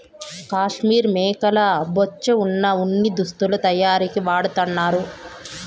కాశ్మీర్ మేకల బొచ్చే వున ఉన్ని దుస్తులు తయారీకి వాడతన్నారు